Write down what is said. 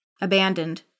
Abandoned